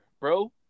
bro